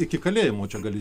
iki kalėjimo čia gali